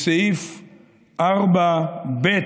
בסעיף 4(ב)